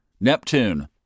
Neptune